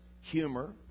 humor